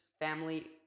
family